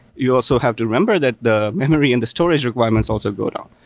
you also have to remember that the memory and the storage requirements also go down.